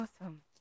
Awesome